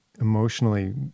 emotionally